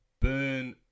burn